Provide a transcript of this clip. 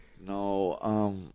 No